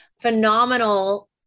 phenomenal